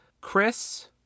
Chris